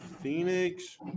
Phoenix